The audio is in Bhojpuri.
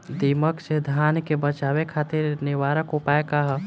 दिमक से धान के बचावे खातिर निवारक उपाय का ह?